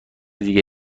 دیگه